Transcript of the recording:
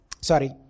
sorry